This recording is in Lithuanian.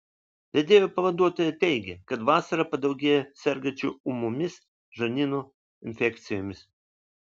vedėjo pavaduotoja teigė kad vasarą padaugėja sergančių ūmiomis žarnyno infekcijomis